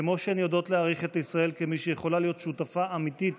כמו שהן יודעות להעריך את ישראל כמי שיכולה להיות שותפה אמיתית